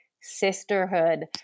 sisterhood